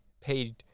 paid